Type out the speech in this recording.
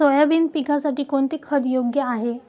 Soybean पिकासाठी कोणते खत योग्य आहे?